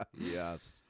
yes